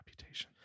Reputation